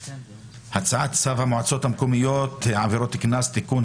הצעת צו המועצות המקומיות (עבירות קנס) (תיקון),